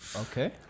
Okay